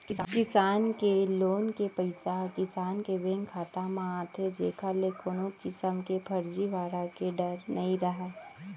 किसान के लोन के पइसा ह किसान के बेंक खाता म आथे जेकर ले कोनो किसम के फरजीवाड़ा के डर नइ रहय